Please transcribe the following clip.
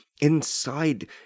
inside